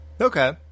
Okay